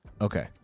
Okay